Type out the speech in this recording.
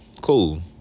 cool